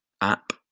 app